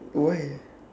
why